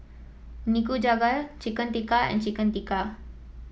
Nikujaga Chicken Tikka and Chicken Tikka